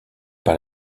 par